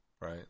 right